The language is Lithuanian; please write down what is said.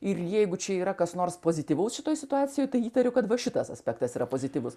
ir jeigu čia yra kas nors pozityvaus šitoj situacijoj tai įtariu kad va šitas aspektas yra pozityvus